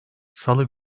salı